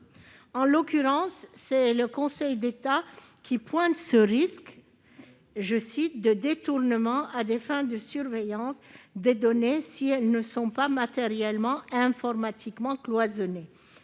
En l'occurrence, le Conseil d'État pointe le risque d'un « détournement à des fins de surveillance » des données, si celles-ci ne sont pas « matériellement et informatiquement cloisonnées